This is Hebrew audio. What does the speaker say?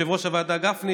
יושב-ראש הוועדה גפני,